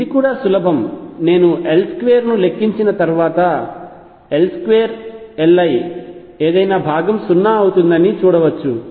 ఇది కూడా సులభం నేను L2 ను లెక్కించిన తర్వాత L2 Li ఏదైనా భాగం 0 అవుతుందని చూడవచ్చు